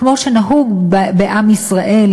כמו שנהוג בעם ישראל,